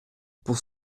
pour